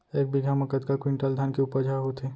एक बीघा म कतका क्विंटल धान के उपज ह होथे?